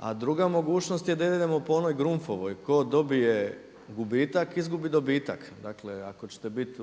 A druga mogućnost je da idemo po onoj Grunfovoj tko dobije gubitak izgubi dobitak. Dakle, ako ćete biti